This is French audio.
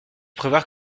prévoir